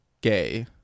gay